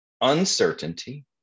uncertainty